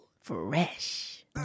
Fresh